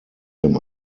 him